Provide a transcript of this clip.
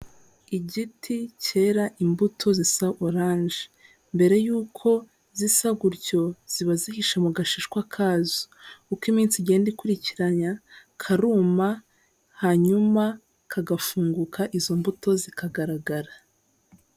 Igiti cyera imbuto zisa oranje, mbere yuko zisa gutyo ziba zihishe mu gashishwa kazo, uko iminsi igenda ikurikiranya karuma hanyuma kagafunguka, izo mbuto zikagaragara.